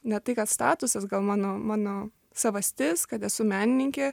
ne tai kad statusas gal mano mano savastis kad esu menininkė